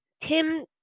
Tim